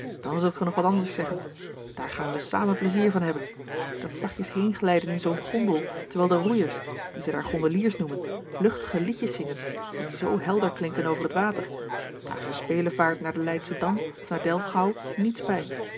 dan zult gij nog wat anders zeggen daar gaan we samen pleizier van hebben dat zachtjes heenglijden in zoo'n gondel terwijl de roeiers die ze daar gondeliers noemen luchtige liedjes zingen die zoo helder klinken over het water daar is een spelevaart naar den leijdschendam of naar delfgauw niets bij